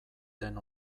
den